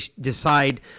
decide